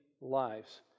lives